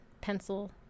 pencil